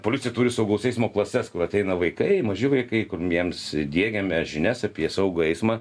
policija turi saugaus eismo klases kur ateina vaikai maži vaikai kur jiems diegiame žinias apie saugų eismą